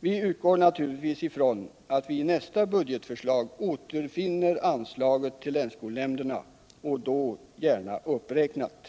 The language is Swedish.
Vi utgår naturligtvis från att vi i nästa budgetförslag återfinner anslaget till länsskolnämnderna, och då gärna uppräknat.